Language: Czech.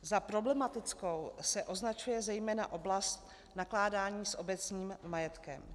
Za problematickou se označuje zejména oblast nakládání s obecním majetkem.